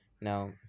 Now